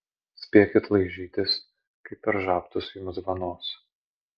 spėkit laižytis kai per žabtus jums vanos